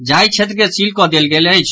जाहि क्षेत्र के सील कऽ देल गेल अछि